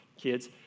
kids